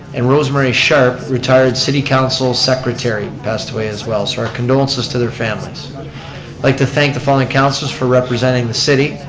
and rosamaria sharp, retired city council secretary passed away as well. so our condolences to their families. i'd like to thank the following councilors for representing the city.